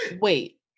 Wait